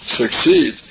succeed